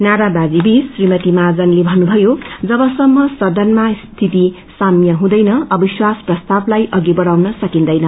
नारावाजी बीच श्रीमती महाजनले भन्नुषयो जवसम्म सदनमा स्थिति साम्य हुँदैन अवश्वास प्रसतवलाई अधि बढ़ाउन सकिन्दैन